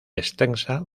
extensa